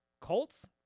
Colts